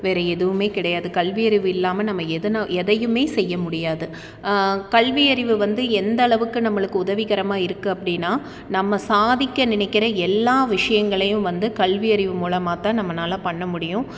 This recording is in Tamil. வேறு எதுவுமே கிடையாது கல்வி அறிவு இல்லாமல் நம்ம எதன எதையுமே செய்ய முடியாது கல்வி அறிவு வந்து எந்த அளவுக்கு நம்மளுக்கு உதவிகரமாக இருக்குது அப்படினா நம்ம சாதிக்க நினைக்கிற எல்லா விஷயங்களையும் வந்து கல்வி அறிவு மூலமாகத்தான் நம்மளால பண்ண முடியும்